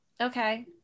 Okay